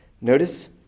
notice